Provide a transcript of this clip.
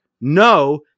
no